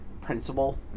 principle